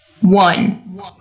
One